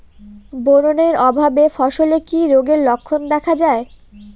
Boron এর অভাবে ফসলে কি রোগের লক্ষণ দেখা যায়?